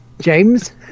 James